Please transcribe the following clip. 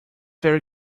very